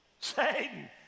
Satan